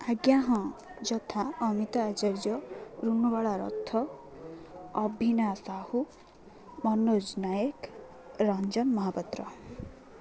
ଆଜ୍ଞା ହଁ ଯଥା ଅମିତା ଆଚାର୍ଯ୍ୟ ଋଣୁବାଳା ରଥ ଅଭିନାଶ ସାହୁ ମନୋଜ ନାୟକ ରଞ୍ଜନ ମହାପାତ୍ର